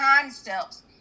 concepts